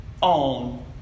on